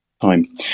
time